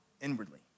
inwardly